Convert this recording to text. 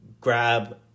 grab